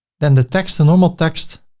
then the text, the normal text.